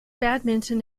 badminton